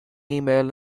email